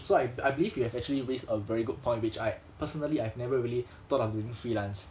so I I believe you have actually raised a very good point which I personally I've never really thought about doing freelance